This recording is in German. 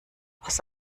aus